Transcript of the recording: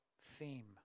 theme